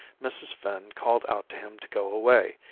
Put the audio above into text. mrs. finn called out to him to go away,